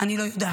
אני לא יודעת.